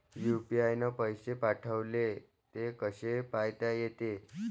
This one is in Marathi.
यू.पी.आय न पैसे पाठवले, ते कसे पायता येते?